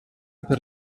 per